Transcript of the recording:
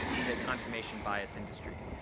is a confirmation bias industry.